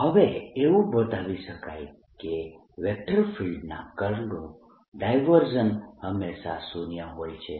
B0 હવે એવું બતાવી શકાય કે વેક્ટર ફિલ્ડના કર્લનું ડાયવર્જન્સ હંમેશાં શૂન્ય હોય છે